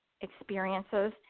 experiences